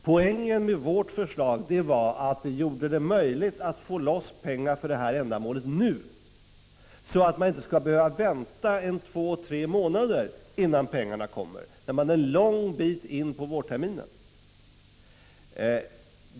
Poängen med vårt förslag var att det gjorde det möjligt att få loss pengar för det här ändamålet nu, så att man inte skulle behöva vänta på pengarna i två tre månader, då man kommit en lång bit in på vårterminen.